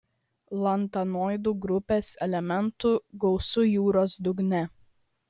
lantanoidų grupės elementų gausu jūros dugne